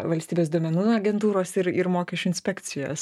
valstybės duomenų agentūros ir ir mokesčių inspekcijos